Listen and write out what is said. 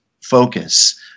focus